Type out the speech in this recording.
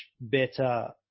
better